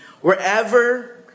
Wherever